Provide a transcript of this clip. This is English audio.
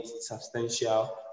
substantial